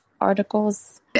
articles